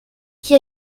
qui